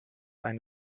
ein